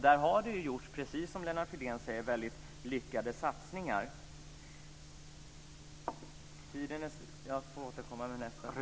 Där har det, precis som Lennart Fridén säger, gjorts väldigt lyckade satsningar.